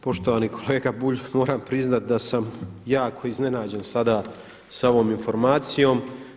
Pa poštovani kolega Bulj, moram priznati da sam jako iznenađen sada sa ovom informacijom.